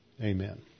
Amen